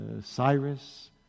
Cyrus